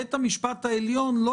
בית המשפט העליון לא